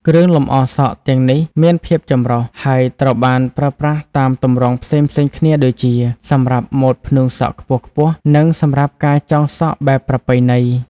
គ្រឿងលម្អសក់ទាំងនេះមានភាពចម្រុះ ហើយត្រូវបានប្រើប្រាស់តាមទម្រង់ផ្សេងៗគ្នាដូចជា សម្រាប់ម៉ូដផ្នួងសក់ខ្ពស់ៗ និងសម្រាប់ការចងសក់បែបប្រពៃណី។